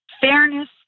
fairness